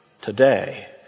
today